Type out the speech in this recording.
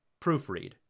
proofread